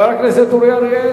חבר הכנסת אורי אריאל,